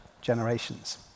generations